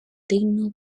digno